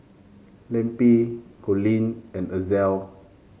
Lempi Colleen and Ezell